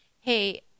hey